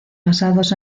basados